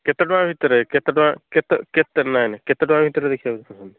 କେତେ ଟଙ୍କା ଭିତରେ କେତେ ଟଙ୍କା କେତେ କେତେ ନାଇଁ ନାଇଁ କେତେ ଟଙ୍କା ଭିତରେ ଦେଖିବାକୁ ଚାହୁଁଛନ୍ତି